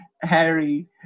Harry